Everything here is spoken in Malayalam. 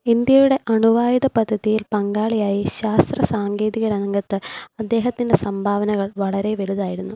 ഇന്ത്യയുടെ അണുവായുധ പദ്ധതിയിൽ പങ്കാളിയായി ശാസ്ത്ര സാങ്കേതിക രംഗത്ത് അദ്ദേഹത്തിൻ്റെ സംഭാവനകൾ വളരെ വലുതായിരുന്നു